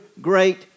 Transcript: great